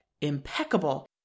Impeccable